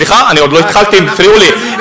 סליחה, אני עוד לא התחלתי, הם הפריעו לי.